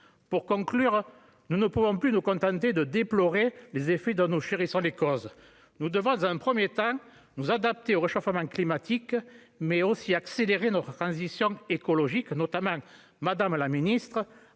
Pour conclure, nous ne pouvons plus nous contenter de déplorer les effets dont nous chérissons les causes. Nous devons nous adapter au réchauffement climatique, mais aussi accélérer notre transition écologique, notamment, madame la ministre,